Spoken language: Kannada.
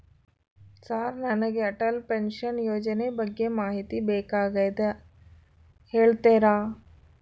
ಸರ್ ನನಗೆ ಅಟಲ್ ಪೆನ್ಶನ್ ಯೋಜನೆ ಬಗ್ಗೆ ಮಾಹಿತಿ ಬೇಕಾಗ್ಯದ ಹೇಳ್ತೇರಾ?